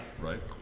Right